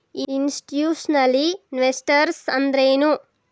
Institutional investors ಅಂದ್ರೇನು?